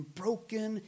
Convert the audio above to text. broken